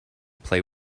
play